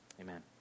amen